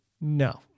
no